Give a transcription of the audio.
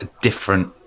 different